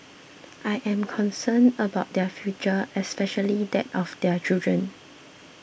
I am concerned about their future especially that of their children